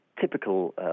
typical